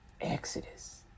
Exodus